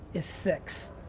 is six.